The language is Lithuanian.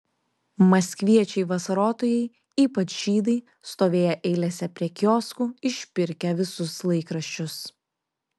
maskviečiai vasarotojai ypač žydai stovėję eilėse prie kioskų išpirkę visus laikraščius